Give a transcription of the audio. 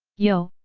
yo,